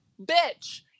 bitch